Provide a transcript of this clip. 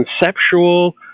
conceptual